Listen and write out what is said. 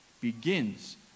begins